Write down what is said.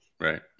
Right